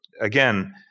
again